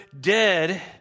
dead